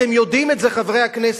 אתם יודעים את זה, חברי הכנסת,